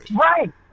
right